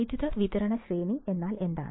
വൈദ്യുതി വിതരണ ശ്രേണി എന്നാൽ എന്താണ്